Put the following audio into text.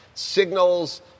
signals